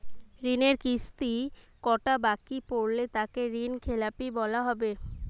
ঋণের কিস্তি কটা বাকি পড়লে তাকে ঋণখেলাপি বলা হবে?